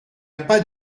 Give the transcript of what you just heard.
pas